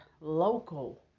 local